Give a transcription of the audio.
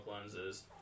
lenses